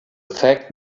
fact